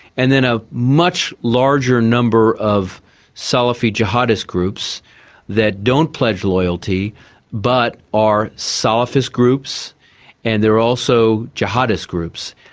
and then a much larger number of salafi-jihadist groups that don't pledge loyalty but are salafist groups and they're also jihadist groups.